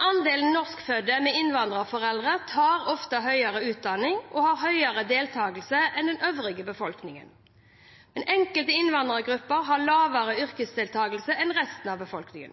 Andelen norskfødte med innvandrerforeldre tar ofte høyere utdanning og har høyere deltakelse enn den øvrige befolkningen. Enkelte innvandrergrupper har lavere yrkesdeltakelse enn resten av befolkningen.